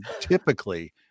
typically